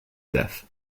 death